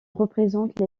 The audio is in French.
représente